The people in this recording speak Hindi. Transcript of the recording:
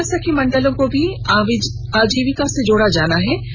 महिला सखी मंडल को भी आजीविका से जोडा जाना है